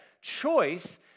choice